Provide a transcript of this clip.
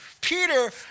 Peter